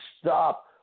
stop